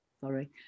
sorry